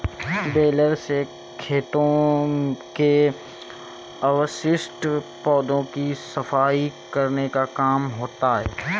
baler से खेतों के अवशिष्ट पौधों की सफाई करने का काम होता है